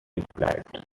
replied